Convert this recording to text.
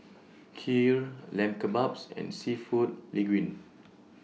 Kheer Lamb Kebabs and Seafood Linguine